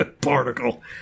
particle